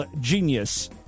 Genius